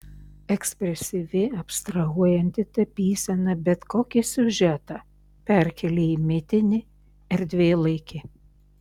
ekspresyvi abstrahuojanti tapysena bet kokį siužetą perkelia į mitinį erdvėlaikį